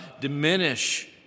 diminish